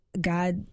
God